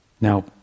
Now